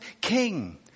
king